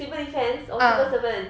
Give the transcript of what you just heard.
civil defence or civil servant